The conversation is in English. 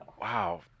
Wow